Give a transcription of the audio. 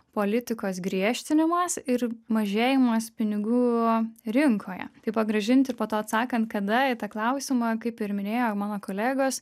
politikos griežtinimas ir mažėjimas pinigų rinkoje tai pagrąžinti po to atsakant kada į tą klausimą kaip ir minėjo mano kolegos